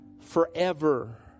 forever